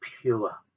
pure